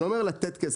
אני לא אומר לתת כסף.